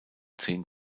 zehn